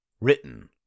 written